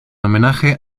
homenaje